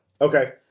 okay